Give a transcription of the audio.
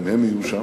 גם הם יהיו שם,